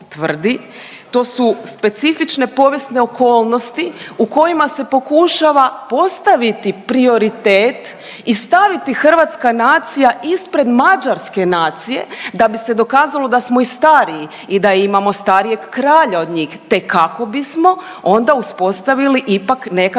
to su specifične povijesne okolnosti u kojima se pokušava postaviti prioritet i staviti hrvatska nacija ispred mađarske nacije da bi se dokazalo da smo i stariji i da imamo starijeg kralja od njih te kako bismo onda uspostavili ipak nekakvu